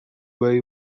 way